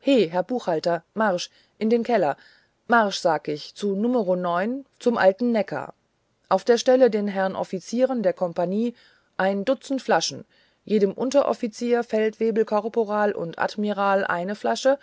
he herr buchhalter marsch in den keller marsch sag ich zu numero neun zum alten neckar auf der stelle den herren offizieren der kompanie ein dutzend flaschen jedem unteroffizier feldwebel korporal und admiral eine flasche